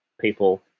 people